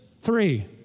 Three